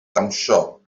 dawnsio